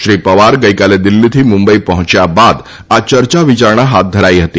શ્રી પવાર ગઈકાલે દિલ્હીથી મુંબઈ પહોંચ્યા બાદ આ ચર્ચા વિચારણા હાથ ધરાઈ હતી